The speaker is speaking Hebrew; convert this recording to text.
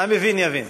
המבין יבין.